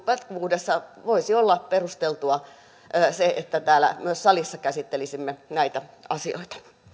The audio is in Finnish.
jatkuvuudessa voisi olla perusteltua se että myös täällä salissa käsittelisimme näitä asioita